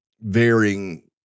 varying